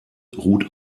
ruht